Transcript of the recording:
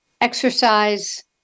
exercise